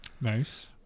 Nice